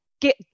get